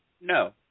No